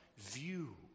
view